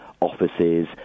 offices